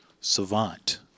savant